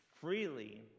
freely